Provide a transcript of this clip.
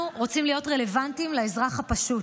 אנחנו רוצים להיות רלוונטיים לאזרח הפשוט,